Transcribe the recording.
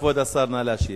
כבוד השר, נא להשיב.